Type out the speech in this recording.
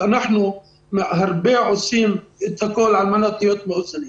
שאנחנו עושים את הכול על מנת להיות מאוזנים.